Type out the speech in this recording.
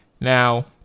Now